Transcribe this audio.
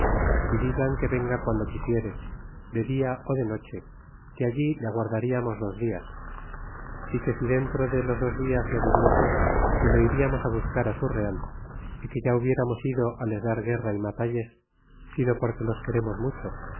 e digan que venga guando quisiere de dia ó de noche que allí le aguardariamos dos dias y que si dentro de los dos dias no viniese que lo iriamos buscar su real y que ya hubiéramos ido les dar guerra y matalles sino porque los queremos mucho